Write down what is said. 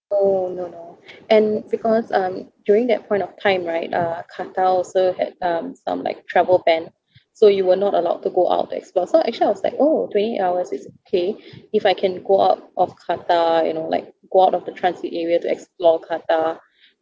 oh no no and because um during that point of time right uh qatar also had um some like travel ban so you were not allowed to go out to explore so actually I was like oh twenty hours is okay if I can go out of qatar you know like go out of the transit area to explore qatar